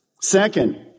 Second